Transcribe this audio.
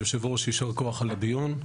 היושב-ראש, יישר כוח על הדיון.